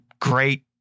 great